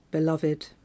Beloved